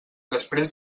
després